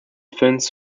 finns